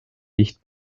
nicht